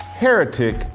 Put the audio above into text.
heretic